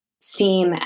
seem